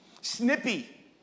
snippy